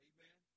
Amen